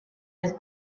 his